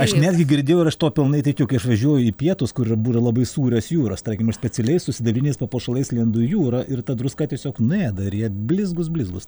aš netgi girdėjau ir aš tuo pilnai tikiu kai aš važiuoju į pietus kur yra būra labai sūrios jūros tarkim aš specialiai su sidabriniais papuošalais lendu į jūrą ir ta druska tiesiog nuėda ir jie blizgūs blizgūs